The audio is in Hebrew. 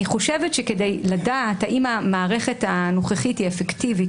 כדי לדעת האם המערכת הנוכחית אפקטיבית